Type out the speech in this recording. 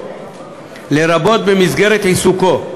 לרבות במסגרת עיסוקו,